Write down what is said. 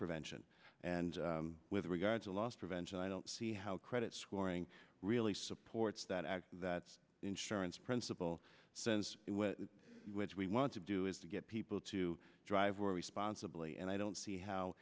prevention and with regard loss prevention i don't see how credit scoring really supports that act that insurance principle says which we want to do is to get people to drive or responsibly and i don't see how